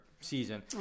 season